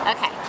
Okay